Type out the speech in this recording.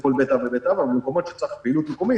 אני לא אכנס לכל בית אב ובית אב אבל במקומות שצריך פעילות מקומית